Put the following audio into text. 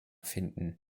finden